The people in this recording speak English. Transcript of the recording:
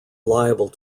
liable